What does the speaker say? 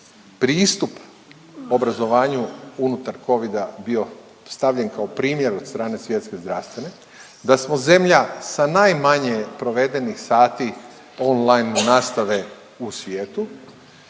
pristup obrazovanju unutar Covida bio stavljen kao primjer od strane Svjetske zdravstvene, da smo zemlja sa najmanje provedenih sati online nastave u svijetu